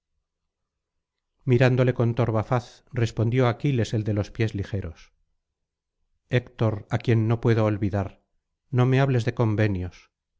mirándole con torva faz respondió aquiles el de los pies ligeros héctor á quien no puedo olvidar no me hables de convenios